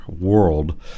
world